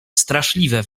straszliwe